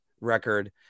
record